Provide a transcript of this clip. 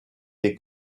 des